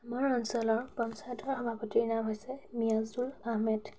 আমাৰ অঞ্চলৰ পঞ্চায়তৰ সভাপতিৰ নাম হৈছে মিয়াজুল আহমেদ